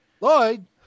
Lloyd